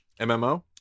MMO